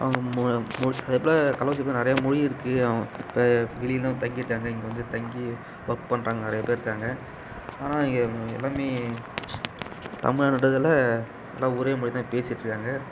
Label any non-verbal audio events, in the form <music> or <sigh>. அவங்க மோ <unintelligible> கள்ளக்குறிச்சியில நிறையா மொழி இருக்குது இப்போ வெளியிலலாம் தங்கி இருக்காங்க இங்கே வந்து தங்கி ஒர்க் பண்ணுறாங்க நிறையப் பேர் இருக்காங்க ஆனால் இங்கே எல்லாருமே தமிழ் <unintelligible> எல்லாம் ஒரே மொழிதான் பேசிகிட்ருங்காங்க